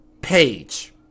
Page